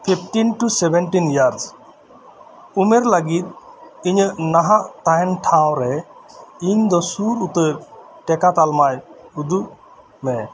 fifteen to seventeen years ᱩᱢᱮᱨ ᱞᱟᱹᱜᱤᱫ ᱤᱧᱟᱹᱜ ᱱᱟᱦᱟᱜ ᱛᱟᱦᱮᱱ ᱴᱷᱟᱶ ᱨᱮ ᱤᱧᱫᱚ ᱥᱩᱨ ᱩᱛᱟᱹᱨ ᱴᱤᱠᱟ ᱛᱟᱞᱢᱟᱭ ᱩᱫᱩᱜ ᱢᱮ